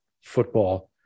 football